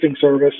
service